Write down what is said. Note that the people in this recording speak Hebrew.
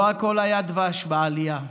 לא הכול היה דבש בעלייה.